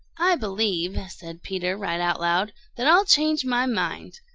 i believe, said peter right out loud, that i'll change my mind.